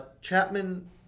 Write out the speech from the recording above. Chapman